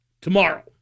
tomorrow